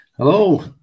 Hello